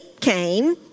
came